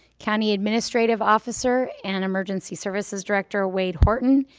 county administrative officer and emergency services director, wade horton,